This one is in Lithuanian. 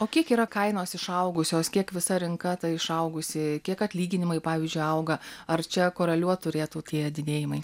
o kiek yra kainos išaugusios kiek visa rinka išaugusi kiek atlyginimai pavyzdžiui auga ar čia koreliuot turėtų tie didėjimai